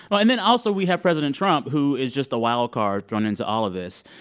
and then, also, we have president trump, who is just a wild card thrown into all of this.